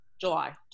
July